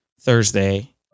Thursday